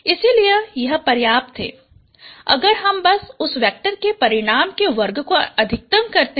इसलिए यह पर्याप्त है अगर हम बस उस वेक्टर के परिमाण के वर्ग को अधिकतम करते हैं